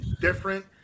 different